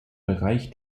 bereich